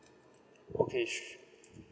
okay su~